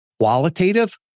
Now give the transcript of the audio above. qualitative